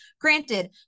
Granted